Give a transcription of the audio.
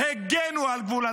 שהגנו על גבול הצפון,